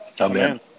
amen